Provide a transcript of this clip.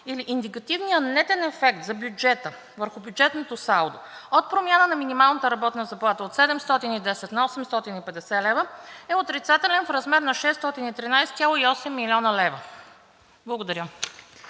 или индикативният нетен ефект за бюджета върху бюджетното салдо от промяна на минималната работна заплата от 710 лв. на 850 лв. е отрицателен в размер на 613,8 млн. лв. Благодаря.